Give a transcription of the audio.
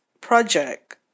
project